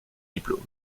diplôme